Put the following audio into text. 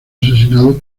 asesinado